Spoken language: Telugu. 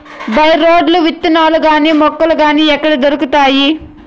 బై రోడ్లు విత్తనాలు గాని మొలకలు గాని ఎక్కడ దొరుకుతాయి?